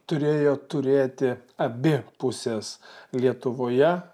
turėjo turėti abi pusės lietuvoje